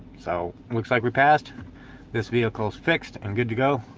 so looks like we passed this vehicle is fixed and good to go